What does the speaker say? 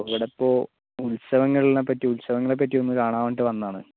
ഇവിടെയിപ്പോൾ ഉൽസവങ്ങളെ ഉത്സവങ്ങളെപ്പറ്റി ഒന്ന് കാണാൻ വേണ്ടിയിട്ട് വന്നതാണ്